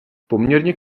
poměrně